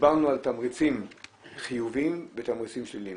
דיברנו על תמריצים חיוביים ותמריצים שליליים.